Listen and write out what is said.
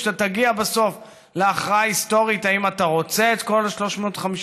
כשאתה תגיע בסוף להכרעה היסטורית האם אתה רוצה את כל 350,000